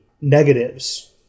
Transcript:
negatives